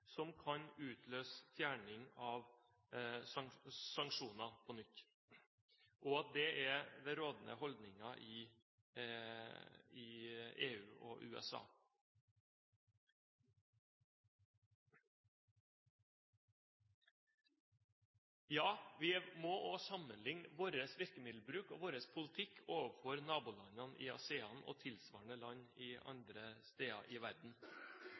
som kan utløse fjerning av sanksjoner på nytt, og at det er den rådende holdningen i EU og i USA. Ja, vi må også sammenligne vår virkemiddelbruk og vår politikk overfor nabolandene i ASEAN og tilsvarende land andre steder i verden